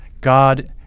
God